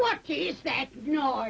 well no